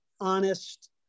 honest